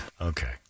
Okay